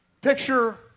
Picture